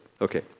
Okay